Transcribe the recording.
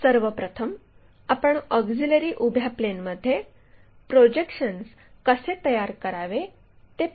सर्व प्रथम आपण ऑक्झिलिअरी उभ्या प्लेनमध्ये प्रोजेक्शन्स कसे तयार करावे ते पाहू